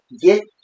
get